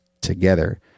together